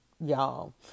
y'all